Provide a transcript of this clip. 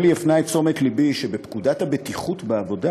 אלי הפנה את תשומת לבי לכך שבפקודת הבטיחות בעבודה